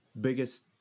Biggest